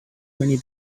many